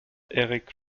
eric